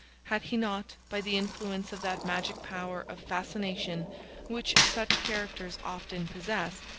had he not, by the influence of that magic power of fascination which such characters often possess,